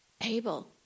able